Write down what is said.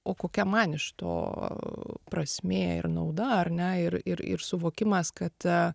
o kokia man iš to prasmė ir nauda ar ne ir ir ir suvokimas kad